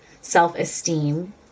self-esteem